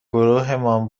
گروهمان